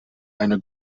eine